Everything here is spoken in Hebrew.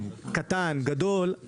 קטן או גדול,